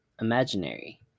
imaginary